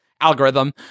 algorithm